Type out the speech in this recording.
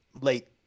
late